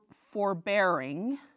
forbearing